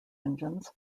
engines